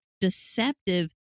deceptive